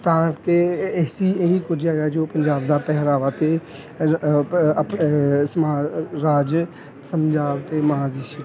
ਤਾਂ ਕੇ ਅਸੀਂ ਇਹ ਹੀ ਕੁਝ ਹੈਗਾ ਜੋ ਪੰਜਾਬ ਦਾ ਪਹਿਰਾਵਾ ਅਤੇ ਰਾਜ ਸਮਝਾਵ ਅਤੇ ਮਹਾਂਰਿਸ਼ੀ